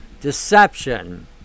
deception